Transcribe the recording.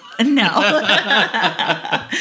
No